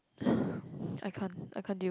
I can't I can't deal